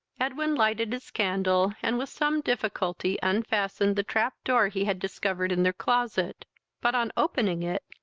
edwin lighted his candle, and with some difficulty unfastened the trap-door he had discovered in their closet but, on opening it,